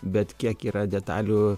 bet kiek yra detalių